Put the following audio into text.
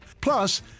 Plus